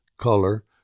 color